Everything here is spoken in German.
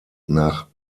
nach